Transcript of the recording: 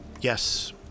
Yes